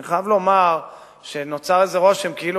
אני חייב לומר שנוצר איזה רושם כאילו